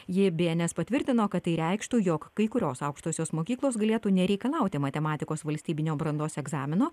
ji bns patvirtino kad tai reikštų jog kai kurios aukštosios mokyklos galėtų nereikalauti matematikos valstybinio brandos egzamino